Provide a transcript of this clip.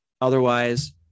Otherwise